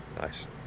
Nice